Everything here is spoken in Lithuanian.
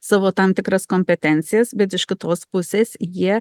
savo tam tikras kompetencijas bet iš kitos pusės jie